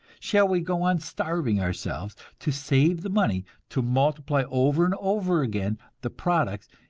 shall we go on starving ourselves, to save the money, to multiply over and over again the products,